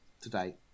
today